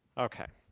ok.